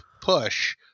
push